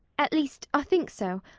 at least i think so.